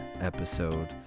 episode